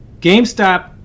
GameStop